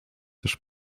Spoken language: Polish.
też